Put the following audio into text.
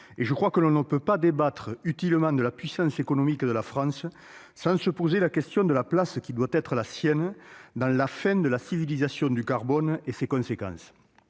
Je crois que l'on ne peut débattre utilement de la puissance économique de la France sans se poser la question de la place qui doit être la sienne dans la fin de la « civilisation du carbone » et ses conséquences.